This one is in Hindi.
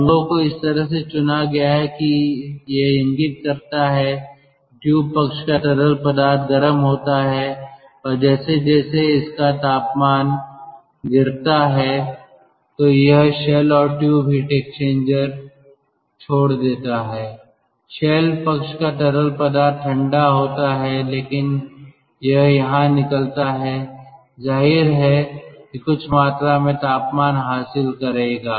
रंगों को इस तरह से चुना गया है कि यह इंगित करता है कि ट्यूब पक्ष का तरल पदार्थ गर्म होता है और जैसे जैसे इसका तापमान गिरता है यह शेल और ट्यूब हीट एक्सचेंजर छोड़ देता है शेल पक्ष का तरल पदार्थ ठंडा होता है लेकिन यह यहाँ निकलता है जाहिर है यह कुछ मात्रा में तापमान हासिल करेगा